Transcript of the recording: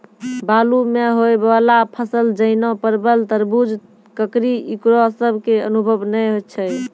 बालू मे होय वाला फसल जैना परबल, तरबूज, ककड़ी ईकरो सब के अनुभव नेय छै?